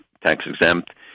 tax-exempt